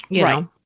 Right